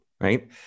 Right